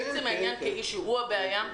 עצם העמדת העניין כאישיו זו הבעיה.